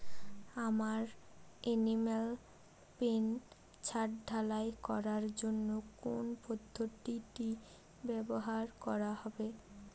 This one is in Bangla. আমার এনিম্যাল পেন ছাদ ঢালাই করার জন্য কোন পদ্ধতিটি ব্যবহার করা হবে?